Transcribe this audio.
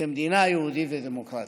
כמדינה יהודית ודמוקרטית.